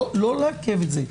לא לעכב את זה,